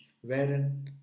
wherein